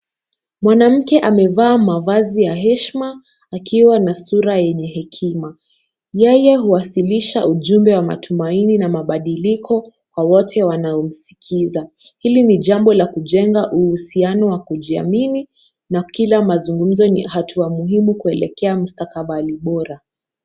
Mwanamke amevaa mavazi ya heshima akiwa na sura yenye hekima. Yeye huwasilisha ujumbe wa matumaini na mabadiliko kwa wote wanaomsikiza. Hili ni jambo la kujenga uhusiano kujiamini na kila mazungumzo ni hatua muhimu kuelekea mustakabali bora.